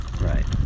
Right